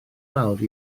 mawr